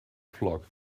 flock